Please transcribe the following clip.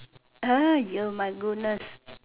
my goodness